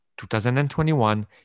2021